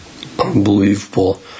unbelievable